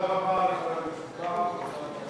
תודה רבה לחבר הכנסת בר.